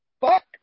fuck